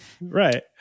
Right